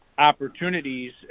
Opportunities